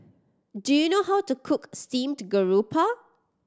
do you know how to cook steamed garoupa